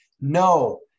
No